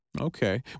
Okay